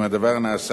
אם הדבר נעשה,